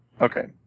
Okay